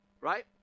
right